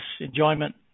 enjoyment